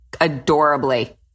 adorably